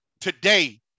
today